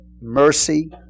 Mercy